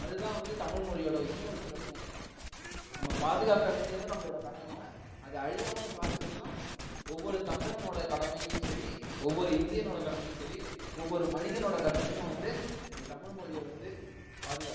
அது தான் வந்து தமிழ்மொழியோட இன்னொரு சிறப்பும் நம்ம பாதுகாக்க வேண்டியது நம்மளோட கடமை அது அழியாமல் நாம் பாத்துக்கிறதும் ஒவ்வொரு தமிழனோட கடமையும் சரி ஒவ்வொரு இந்தியனோட கடமையும் சரி ஒவ்வொரு மனிதனோட கடமையும் வந்து அந்த தமிழ் மொழியை வந்து பாதுகாக்கும்